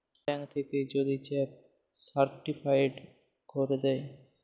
bank থ্যাইকে যদি cheque certified ক্যইরে দ্যায়